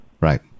Right